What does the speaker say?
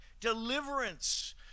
deliverance